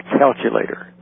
calculator